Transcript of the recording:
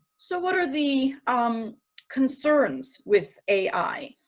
so what are the um concerns with ai?